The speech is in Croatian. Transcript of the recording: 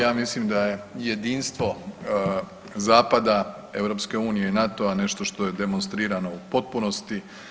Ja mislim da je jedinstvo zapada EU i NATO-a nešto što je demonstrirano u potpunosti.